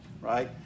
right